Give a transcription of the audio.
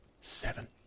Seven